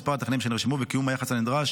מספר הטכנאים שנרשמו וקיום היחס הנדרש